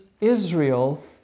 Israel